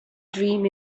dream